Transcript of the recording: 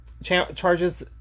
charges